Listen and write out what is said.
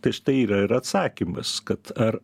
tai štai yra ir atsakymas kad ar